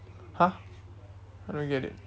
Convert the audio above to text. !huh! I don't get it